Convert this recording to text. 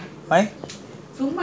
he went with his girlfriend lah